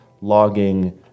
logging